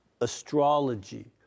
Astrology